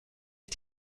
ich